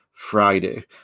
friday